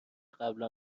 قبلا